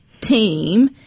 team